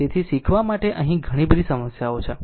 તેથી શીખવા માટે અહીં ઘણી સમસ્યાઓ છે